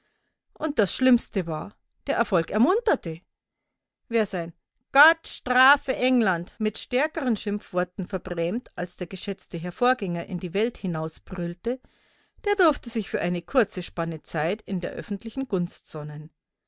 und das schlimmste war der erfolg ermunterte wer sein gott strafe england mit stärkeren schimpfworten verbrämt als der geschätzte herr vorgänger in die welt hinausbrüllte der durfte sich für eine kurze spanne zeit in der öffentlichen